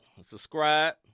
subscribe